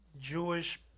Jewish